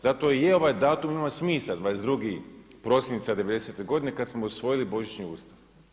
Zato i je ovaj datum, ima smisla 22. prosinca '90.-te godine kada smo usvojili božićni Ustav.